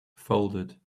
folded